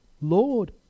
Lord